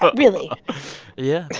but really yeah.